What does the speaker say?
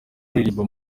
aririmba